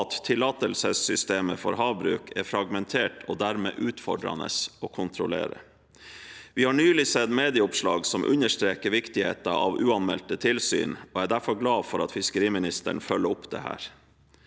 at tillatelsessystemet for havbruk er fragmentert og dermed utfordrende å kontrollere. Vi har nylig sett medieoppslag som understreker viktigheten av uanmeldte tilsyn, og jeg er derfor glad for at fiskeriministeren følger opp dette.